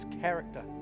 character